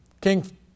King